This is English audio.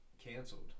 canceled